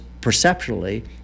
perceptually